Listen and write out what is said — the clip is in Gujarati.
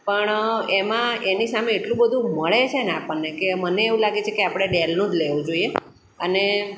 પણ એમાં એની સામે એટલું બધું મળે છે ને આપણને કે મને એવું લાગે છે કે આપણે ડેલનું જ લેવું જોઈએ અને